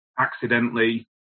accidentally